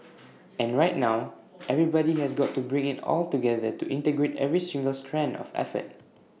and right now everybody has got to bring IT all together to integrate every single strand of effort